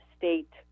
State